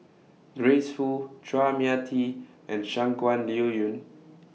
Grace Fu Chua Mia Tee and Shangguan Liuyun